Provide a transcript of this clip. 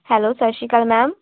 hello ਸਤਿ ਸ਼੍ਰੀ ਅਕਾਲ ਮੈਮ